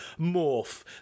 Morph